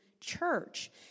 church